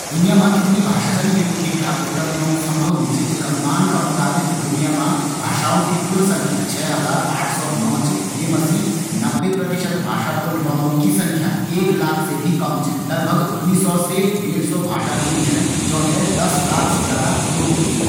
दुनिया मा कितना भाषा छन? यिकू सटीक उत्तर देंणु संभव नी च। एक अनुमान का अनुसार दुनिया मा च हज़ार आठ सौ नौ भाषाएँ छन। ये मा सी नब्बे प्रतिशत भाषा बोलणा वालों की संख्या एक लाख से भी कम च। यूँ मा एक सौ पचास से दो सौ भाषा इनी छन जौ थें दस लाख से ज्यादा लोग बोल्दिन।